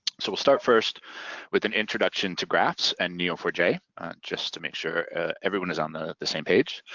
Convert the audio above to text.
so we'll start first with an introduction to graphs and n e o four j just to make sure everyone is um on the same page.